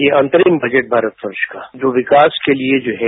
यह अतरिम बजट भारत वर्ष का जो विकास के लिये हैं